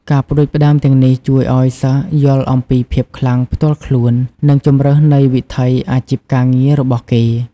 ការផ្ដួចផ្ដើមទាំងនេះជួយឲ្យសិស្សយល់អំពីភាពខ្លាំងផ្ទាល់ខ្លួន និងជម្រើសនៃវិថីអាជីពការងាររបស់គេ។